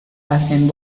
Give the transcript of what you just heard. hacen